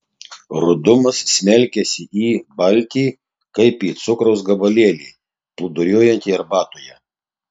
rudumas smelkiasi į baltį kaip į cukraus gabalėlį plūduriuojantį arbatoje